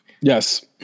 Yes